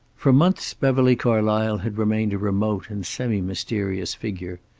for months beverly carlysle had remained a remote and semi-mysterious figure.